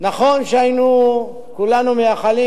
נכון שהיינו כולנו מייחלים,